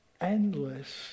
endless